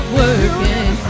working